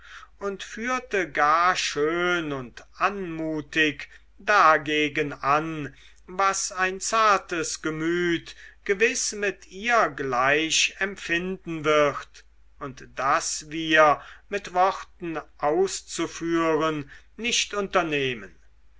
und führte gar schön und anmutig dagegen an was ein zartes gemüt gewiß mit ihr gleich empfinden wird und das wir mit worten auszuführen nicht unternehmen